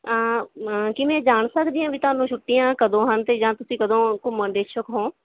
ਮ ਕੀ ਮੈਂ ਜਾਣ ਸਕਦੀ ਹਾਂ ਵੀ ਤੁਹਾਨੂੰ ਛੁੱਟੀਆਂ ਕਦੋਂ ਹਨ ਅਤੇ ਜਾਂ ਤੁਸੀਂ ਕਦੋਂ ਘੁੰਮਣ ਦੇ ਇੱਛੁਕ ਹੋ